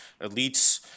Elites